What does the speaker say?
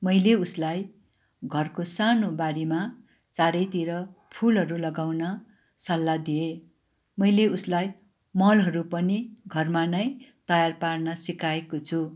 मैले उसलाई घरको सानो बारीमा चारैतिर फुलहरू लगाउन सल्लाह दिएँ मैले उसलाई मलहरू पनि घरमा नै तयार पार्न सिकाएको छु